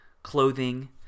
clothing